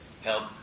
help